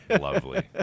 Lovely